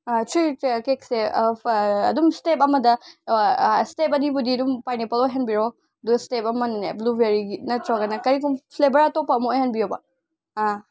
ꯁꯤ ꯀꯦꯛꯁꯦ ꯑꯗꯨꯝ ꯏꯁꯇꯦꯞ ꯑꯃꯗ ꯏꯁꯇꯦꯞ ꯑꯅꯤꯕꯨꯗꯤ ꯑꯗꯨꯝ ꯄꯥꯏꯅꯦꯄꯜ ꯑꯣꯏꯍꯟꯕꯤꯔꯣ ꯑꯗꯨꯒ ꯏꯁꯇꯦꯞ ꯑꯃꯅꯅꯦ ꯕ꯭ꯂꯨ ꯕꯦꯔꯤꯒꯤ ꯅꯠꯇ꯭ꯔꯒꯅ ꯀꯔꯤꯒꯨꯝꯕ ꯐ꯭ꯂꯦꯕꯔ ꯑꯇꯣꯞꯄ ꯑꯃ ꯑꯣꯏꯍꯟꯕꯤꯌꯣꯕ ꯑꯥ